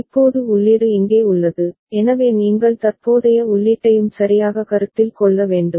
இப்போது உள்ளீடு இங்கே உள்ளது எனவே நீங்கள் தற்போதைய உள்ளீட்டையும் சரியாக கருத்தில் கொள்ள வேண்டும்